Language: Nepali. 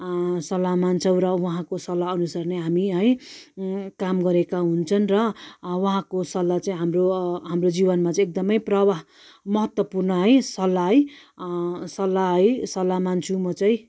सल्लाह मान्छौँ र उहाँको सल्लाह अनुसार नै हामी है काम गरेका हुन्छौँ र उहाँको सल्लाह चाहिँ हाम्रो हाम्रो जीवनमा चाहिँ एकदम प्रभाव महत्त्वपूर्ण है सल्लाह है सल्लाह है सल्लाह मान्छु म चाहिँ